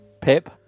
Pip